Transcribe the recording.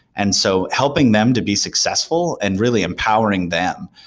and so helping them to be successful and really empowering them,